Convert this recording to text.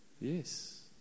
Yes